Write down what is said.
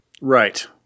Right